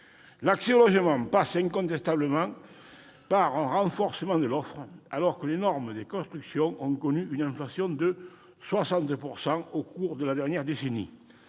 L'accès au logement passe incontestablement par un renforcement de l'offre, alors que les normes de construction ont connu une inflation de 60 % au cours de la dernière décennie.